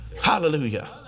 hallelujah